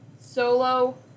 solo